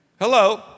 Hello